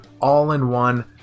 all-in-one